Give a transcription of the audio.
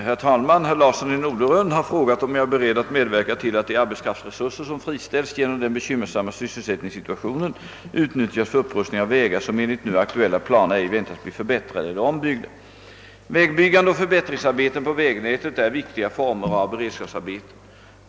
Herr talman! Herr Larsson i Norderön har frågat om jag är beredd att medverka till att de arbetskraftsresurser, som friställs genom den bekymmersamma sysselsättningssituationen, utnyttjas för upprustning av vägar som enligt nu aktuella planer ej väntas bli förbättrade eiler ombyggda. Vägbyggande och förbättringsarbeten på vägnätet är viktiga former av beredskapsarbeten.